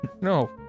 No